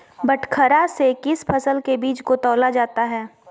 बटखरा से किस फसल के बीज को तौला जाता है?